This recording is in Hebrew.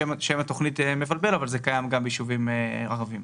שם התוכנית מבלבל אבל זה קיים גם ביישובים ערביים.